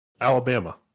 Alabama